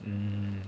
mm